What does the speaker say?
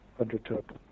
undertook